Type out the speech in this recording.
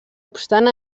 obstant